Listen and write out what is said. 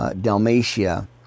Dalmatia